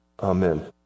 Amen